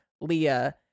Leah